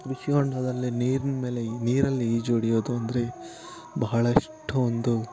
ಕೃಷಿ ಹೊಂಡದಲ್ಲಿ ನೀರಿನ ಮೇಲೆ ನೀರಲ್ಲಿ ಈಜು ಹೊಡೆಯೋದು ಅಂದರೆ ಬಹಳಷ್ಟು ಒಂದು